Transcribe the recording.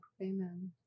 Amen